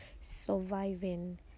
surviving